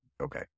Okay